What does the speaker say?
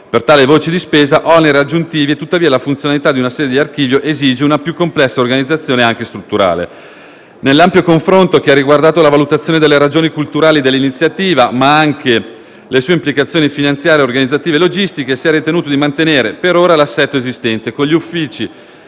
per tali voci di spesa, oneri aggiuntivi e tuttavia la funzionalità di una serie di archivi esige una più complessa organizzazione anche strutturale. Nell'ampio confronto che ha riguardato la valutazione delle ragioni culturali dell'iniziativa, ma anche le sue implicazioni finanziarie, organizzative e logistiche, si è ritenuto di mantenere per ora l'assetto esistente, con gli uffici